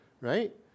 right